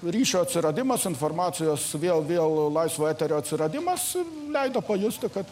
ryšio atsiradimas informacijos vėl vėl laisvo eterio atsiradimas leido pajusti kad